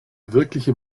wirkliche